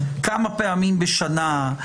כמה פעמים בשנה,